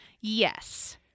yes